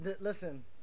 listen